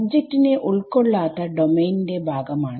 object നെ ഉൾകൊള്ളാത്ത domain ന്റെ ഭാഗമാണ്